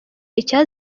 icya